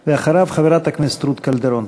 אחריו, חברת הכנסת רות קלדרון.